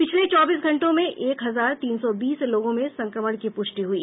पिछले चौबीस घंटों में एक हजार तीन सौ बीस लोगों में संक्रमण की पुष्टि हुई